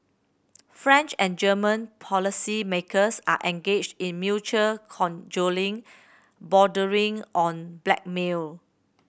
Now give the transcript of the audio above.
French and German policymakers are engaged in mutual cajoling bordering on blackmail